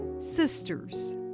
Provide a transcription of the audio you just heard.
sisters